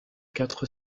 quatre